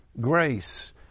Grace